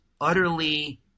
utterly